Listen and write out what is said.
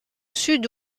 sud